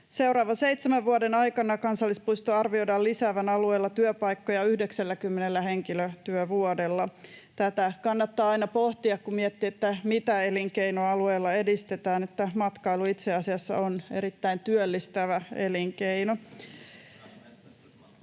Seuraavan seitsemän vuoden aikana kansallispuiston arvioidaan lisäävän alueella työpaikkoja 90 henkilötyövuodella. Tätä kannattaa aina pohtia, kun miettii, mitä elinkeinoa alueella edistetään, että matkailu itse asiassa on erittäin työllistävä elinkeino.